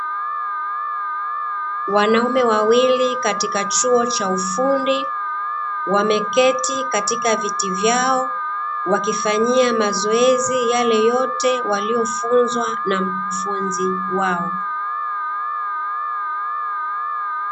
Wanaume wawili katika chuo cha ufundi wameketi katika viti vyao, wakifanyia mazoezi yale yote waliofunzwa na mkufunzi wao.